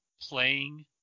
playing